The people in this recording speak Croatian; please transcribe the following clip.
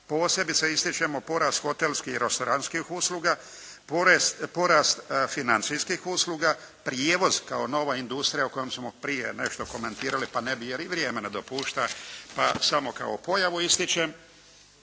posebice ističemo porast hotelskih i restoranskih usluga, porast financijskih usluga, prijevoz kao nova industrija o kojem smo prije nešto komentirali pa ne bi jer i vrijeme ne dopušta, pa samo kao pojavu ističem.